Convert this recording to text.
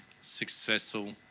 successful